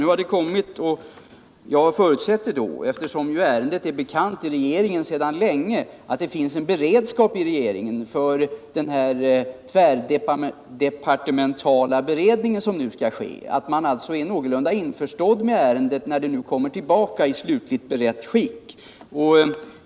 Nu har beskedet dock kommit, och jag förutsätter därför, eftersom ärendet är bekant i regeringen sedan länge, att det finns en beredskap för den tvärdepartementala beredning som skall företas. Regeringen bör rimligen vara någorlunda införstådd med ärendet när det kommer tillbaka i slutligt berett skick.